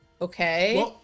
okay